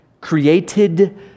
created